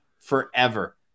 forever